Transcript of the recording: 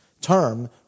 term